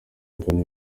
mbona